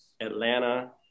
Atlanta